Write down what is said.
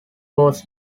was